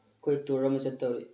ꯑꯩꯈꯣꯏ ꯇꯨꯔ ꯑꯃ ꯆꯠꯇꯧꯔꯤ